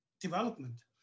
development